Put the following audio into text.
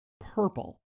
purple